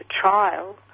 trial